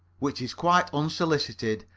which is quite unsolicited,